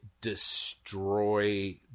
destroy